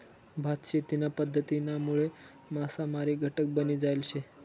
भात शेतीना पध्दतीनामुळे मासामारी घटक बनी जायल शे